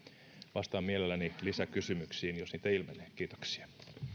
vastaan mielelläni lisäkysymyksiin jos niitä ilmenee kiitoksia